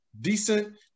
decent